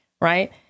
right